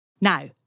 Now